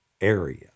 area